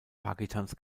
pakistans